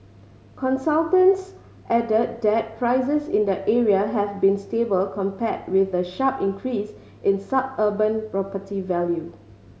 consultants added that prices in the area have been stable compared with the sharp increase in suburban property value